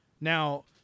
Now